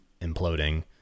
imploding